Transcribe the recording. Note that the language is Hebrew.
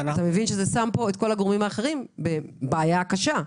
כי אתה מבין שזה שם את כל הגורמים האחרים בבעיה קשה.